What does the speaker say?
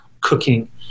cooking